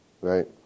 right